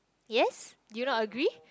yes do you not agree